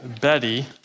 Betty